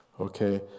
Okay